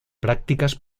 prácticas